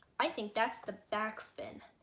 i think that's the back fin